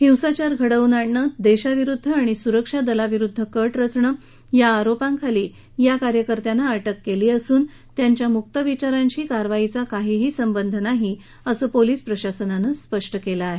हिंसाचार घडवून आणणं देशाविरुद्ध आणि सुरक्षा दलाविरुद्ध कट रचणं या आरोपाखाली या कार्यकर्त्यांना अटक केली असून त्यांच्या मुक्त विचारांशी कारवाईचा काहीही संबंध नसल्याचं पोलिस प्रशासनानं स्पष्ट केलं आहे